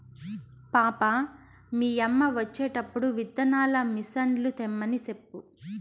పాపా, మీ యమ్మ వచ్చేటప్పుడు విత్తనాల మిసన్లు తెమ్మని సెప్పు